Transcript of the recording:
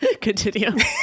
Continue